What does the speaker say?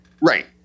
Right